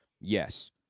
Yes